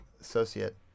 associate